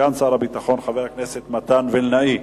סגן שר הביטחון, חבר הכנסת מתן וילנאי.